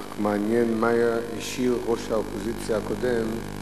רק מעניין מה השאיר ראש האופוזיציה הקודם,